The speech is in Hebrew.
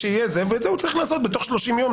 ואת זה הוא צריך לעשות בתוך 30 יום,